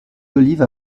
d’olive